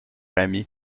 ami